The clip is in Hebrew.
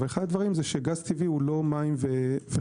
אבל אחד הדברים זה שגז טבעי הוא לא מים וחשמל.